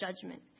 judgment